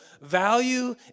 value